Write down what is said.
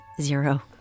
Zero